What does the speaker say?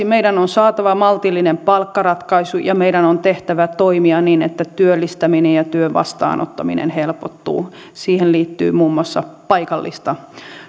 meidän on saatava maltillinen palkkaratkaisu ja meidän on tehtävä toimia niin että työllistäminen ja työn vastaanottaminen helpottuu siihen liittyy muun muassa paikallista